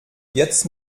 jetzt